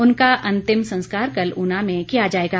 उनका अंतिम संस्कार कल ऊना में किया जाएगा